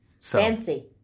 Fancy